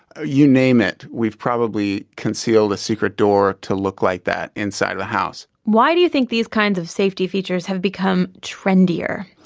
you name it we've probably concealed a secret door to look like that inside a house why do you think these kinds of safety features have become trendier?